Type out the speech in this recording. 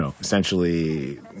essentially